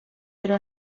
però